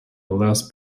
less